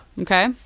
Okay